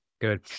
Good